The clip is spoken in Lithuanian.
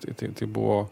tai tai tai tiktai buvo